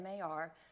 mar